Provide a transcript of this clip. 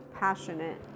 Passionate